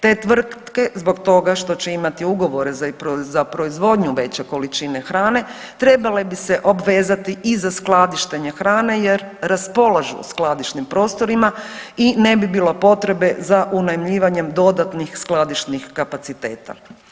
Te tvrtke zbog toga što će imati ugovore za proizvodnju veće količine hrane trebale bi se obvezati i za skladištenje hrane jer raspolažu skladišnim prostorima i ne bi bilo potrebe za unajmljivanjem dodatnih skladišnih kapaciteta.